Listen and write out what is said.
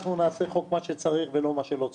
אנחנו נעשה בחוק מה שצריך ולא מה שלא צריך.